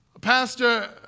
Pastor